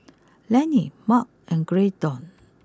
Lennie Mart and Graydon